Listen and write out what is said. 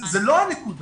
זאת לא הנקודה.